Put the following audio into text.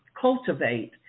cultivate